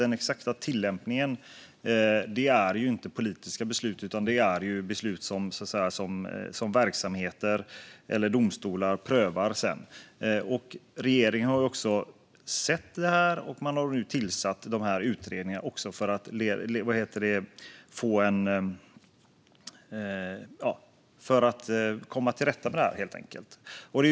Den exakta tillämpningen är inte politiska beslut, utan det är beslut som verksamheter eller domstolar prövar sedan. Regeringen har också sett det här, och man har nu tillsatt de här utredningarna också för att komma till rätta med det.